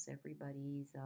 everybody's